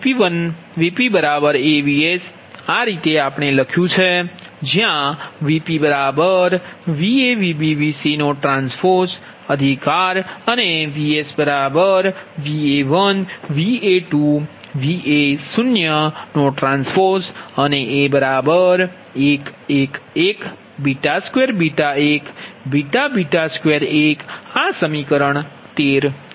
VpAVs આ રીતે આપણે લખ્યુ જ્યાં VpVa Vb VcT અધિકાર અને VsVa1 Va2 Va0 T અને A1 1 1 2 1 2 1 આ સમીકરણ 13 છે